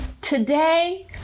Today